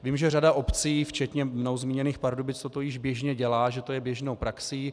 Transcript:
Vím, že řada obcí včetně mnou zmíněných Pardubic toto již běžně dělá, že to je běžnou praxí.